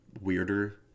weirder